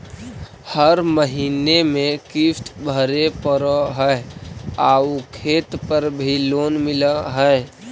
हर महीने में किस्त भरेपरहै आउ खेत पर भी लोन मिल है?